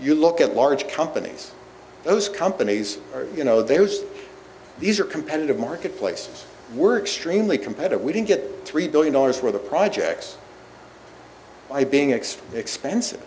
you look at large companies those companies are you know those these are competitive marketplace were extremely competitive we didn't get three billion dollars for the projects i being axed expensive